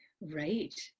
right